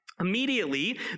immediately